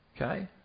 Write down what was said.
okay